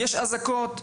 יש אזעקות,